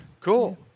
cool